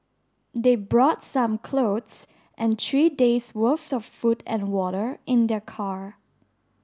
they brought some clothes and three days worth of food and water in their car